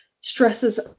Stresses